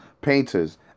painters